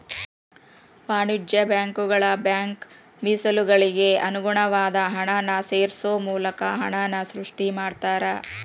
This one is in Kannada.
ವಾಣಿಜ್ಯ ಬ್ಯಾಂಕುಗಳ ಬ್ಯಾಂಕ್ ಮೇಸಲುಗಳಿಗೆ ಅನುಗುಣವಾದ ಹಣನ ಸೇರ್ಸೋ ಮೂಲಕ ಹಣನ ಸೃಷ್ಟಿ ಮಾಡ್ತಾರಾ